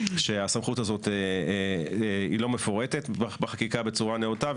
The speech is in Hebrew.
שהסמכות הזאת לא מפורטת בחקיקה בצורה נאותה,